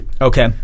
okay